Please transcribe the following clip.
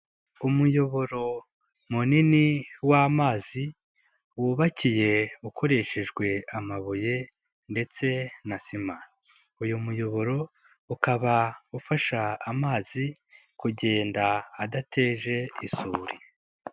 Umuyoboro munini w'amazi wubakiye ukoreshejwe amabuye ndetse na sima, uyu muyoboro ukaba ufasha amazi kugenda adateje isuri.